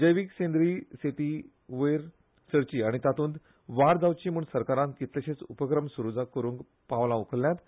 जैवीक सेंद्रीय शेती वयर सरची आनी तातूंत वाड जावची म्हण सरकारान कितलेशेच उपक्रम सुरू करूंक पावलां उखल्ल्यांत